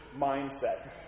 mindset